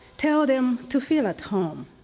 tell them to feel at home.